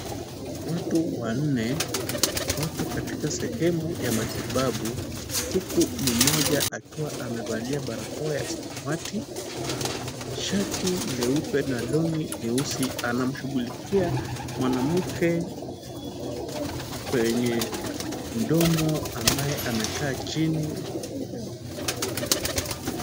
Watu wanne wapo katika sehemu ya matibabu, huku mmoja akiwa amevalia barakoa ya samawati, shati leupe na long'i nyeusi, anamshughulikia mwanamke kwenye mdomo, ambaye amekaa chini.